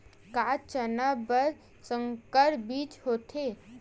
का चना बर संकर बीज होथे?